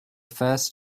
first